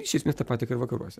iš esmės tą patį ką ir vakaruose